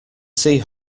see